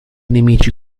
nemici